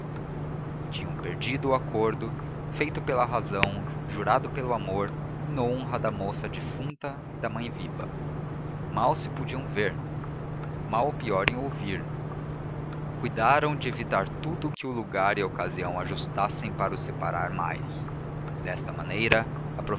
tinham perdido o acordo feito pela razão jurado pelo amor em honra da moça defunta e da mãe viva mal se podiam ver mal ou pior ouvir cuidaram de evitar tudo o que o lugar e a ocasião ajustassem para os separar mais desta maneira